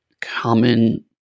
common